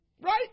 right